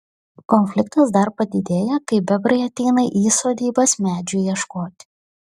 konfliktas dar padidėja kai bebrai ateina į sodybas medžių ieškoti